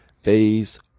Phase